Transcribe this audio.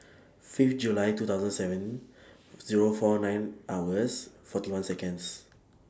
Fifth July two thousand seven Zero four nine hours forty one Seconds